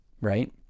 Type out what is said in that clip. right